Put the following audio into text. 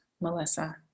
Melissa